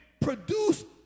produced